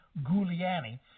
Guliani